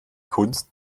kunst